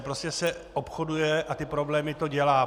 Prostě se obchoduje a problémy to dělá.